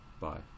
Bye